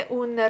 un